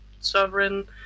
Sovereign